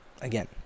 again